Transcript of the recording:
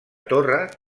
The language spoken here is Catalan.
torre